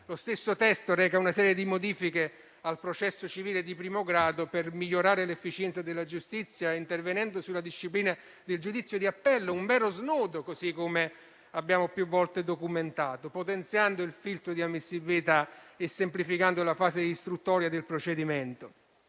Lo stesso testo reca una serie di modifiche al processo civile di primo grado per migliorare l'efficienza della giustizia, intervenendo sulla disciplina del giudizio di appello, un vero snodo - così come abbiamo più volte documentato - potenziando il filtro di ammissibilità e semplificando la fase di istruttoria del procedimento.